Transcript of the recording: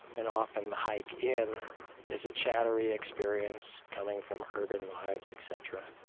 and often the hike in is a chattery experience coming from urban lives, etc,